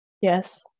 Yes